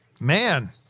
man